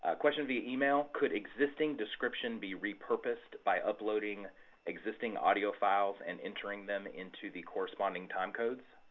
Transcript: ah questions via email. could existing description be repurposed by uploading existing audio files and entering them into the corresponding time codes.